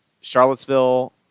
Charlottesville –